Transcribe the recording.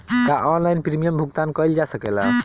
का online premium भुगतान कईल जा सकेला?